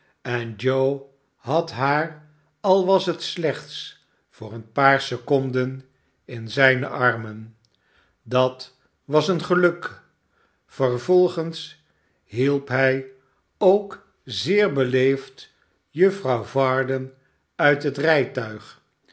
en joe had haar al was het slechts voor een paar seconden in zijne armen dat was een geluk vervolgens hielp hij ook zeer beleefd juffrouw varden uit het rijtuig